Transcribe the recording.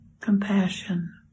compassion